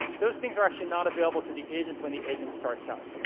those things are actually not available to the agent when the agent starts out.